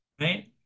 right